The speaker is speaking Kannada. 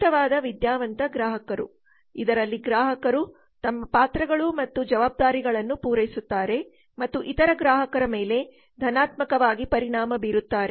ಸೂಕ್ತವಾದ ವಿದ್ಯಾವಂತ ಗ್ರಾಹಕರು ಇದರಲ್ಲಿ ಗ್ರಾಹಕರು ತಮ್ಮ ಪಾತ್ರಗಳು ಮತ್ತು ಜವಾಬ್ದಾರಿಗಳನ್ನು ಪೂರೈಸುತ್ತಾರೆ ಮತ್ತು ಇತರ ಗ್ರಾಹಕರ ಮೇಲೆ ಧನಾತ್ಮಕವಾಗಿ ಪರಿಣಾಮ ಬೀರುತ್ತಾರೆ